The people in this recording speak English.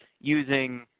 using